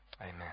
Amen